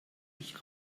ich